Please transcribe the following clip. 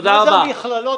תודה רבה לך.